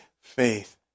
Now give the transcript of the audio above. faith